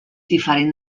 diferent